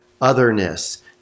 otherness